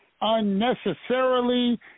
unnecessarily